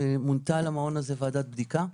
שמונתה למעון הזה ועדת בדיקה.